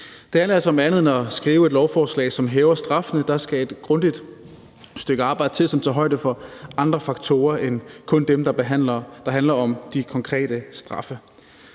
handler altså om andet end at skrive et lovforslag, som hæver straffene. Der skal et grundigt stykke arbejde til, som tager højde for andre faktorer end kun dem, der handler om de konkrete straffe.